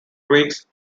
greeks